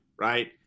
right